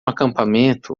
acampamento